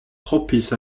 propice